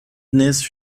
نصف